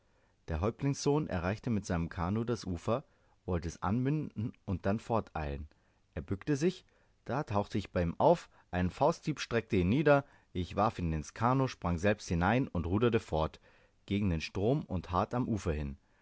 der häuptlingssohn erreichte mit seinem kanoe das ufer wollte es anbinden und dann forteilen er bückte sich da tauchte ich bei ihm auf ein fausthieb streckte ihn nieder ich warf ihn ins kanoe sprang selbst hinein und ruderte fort gegen den strom und hart am ufer hin